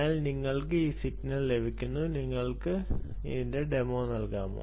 എന്നിട്ട് നിങ്ങൾക്ക് ആ സിഗ്നൽ ലഭിക്കുന്നു നിങ്ങൾക്ക് ഞങ്ങൾക്ക് ഡെമോ നൽകാമോ